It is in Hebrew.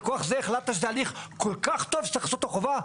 מכוח זה החלטת שזה תהליך כל כך טוב שצריך לעשות אותו חובה?